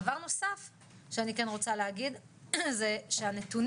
דבר נוסף שאני כן רוצה להגיד, זה שהנתונים